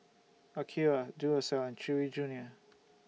Akira Duracell and Chewy Junior